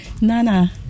Nana